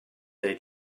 they